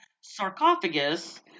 sarcophagus